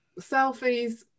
Selfies